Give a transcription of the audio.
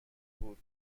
بود